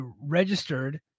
registered